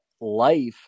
life